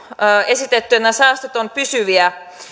esitetty että nämä säästöt ovat pysyviä